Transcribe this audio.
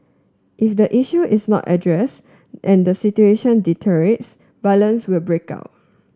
if the issue is not addressed and the situation deteriorates violence will break out